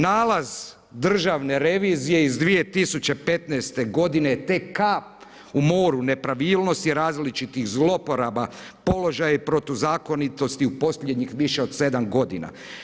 Nalaz državne revizije iz 2015. godine je tek kap u moru nepravilnosti različitih zlouporaba položaja i protuzakonitosti u posljednjih više od 7 godina.